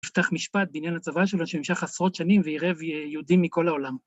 ‫נפתח משפט בעניין הצבא שלו ‫שהמשך עשרות שנים ‫ועירב יהודים מכל העולם.